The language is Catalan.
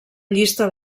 llista